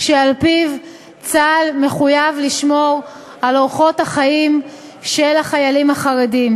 שעל-פיו צה"ל מחויב לשמור על אורחות החיים של החיילים החרדים.